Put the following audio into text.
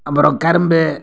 அப்புறம் கரும்பு